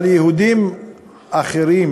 אבל יהודים אחרים,